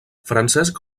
francesc